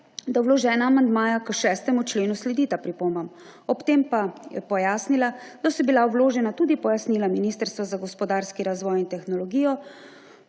da vložena amandmaja k 6. členu sledita pripombam. Ob tem pa je pojasnila, da so bila vložena tudi pojasnila Ministrstva za gospodarski razvoj in tehnologijo,